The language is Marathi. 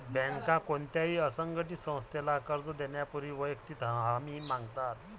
बँका कोणत्याही असंघटित संस्थेला कर्ज देण्यापूर्वी वैयक्तिक हमी मागतात